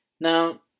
Now